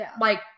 like-